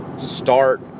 start